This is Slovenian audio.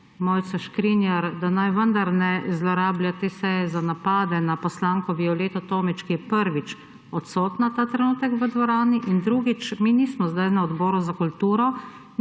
Mojco Škrinjar, da naj vendar ne zlorablja te seje za napade na poslanko Violeto Tomić, ki je prvič odsotna ta trenutek v dvorani in drugič, mi nismo sedaj na Odboru za kulturo,